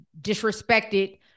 disrespected